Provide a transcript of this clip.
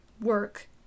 work